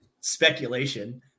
speculation